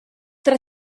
tra